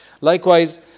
Likewise